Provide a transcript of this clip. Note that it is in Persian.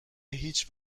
هیچ